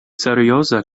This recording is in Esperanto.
serioza